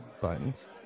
Buttons